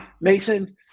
Mason